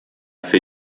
für